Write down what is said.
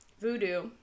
voodoo